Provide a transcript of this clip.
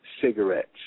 Cigarettes